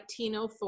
1904